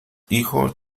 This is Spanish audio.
hijo